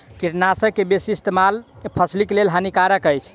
कीटनाशक के बेसी इस्तेमाल फसिलक लेल हानिकारक अछि